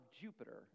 Jupiter